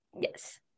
Yes